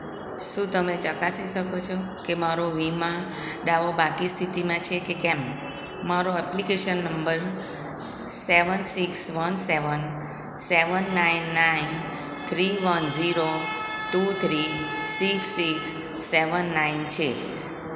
શું તમે ચકાસી શકો છો કે મારો વીમા દાવો બાકી સ્થિતિમાં છે કે કેમ મારો application number seven six one seven seven nine nine three one zero two three six six seven nine છે